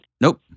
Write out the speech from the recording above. Nope